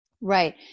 Right